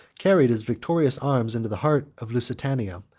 carried his victorious arms into the heart of lusitania,